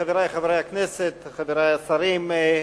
חברי חברי הכנסת, חברי השרים, אני,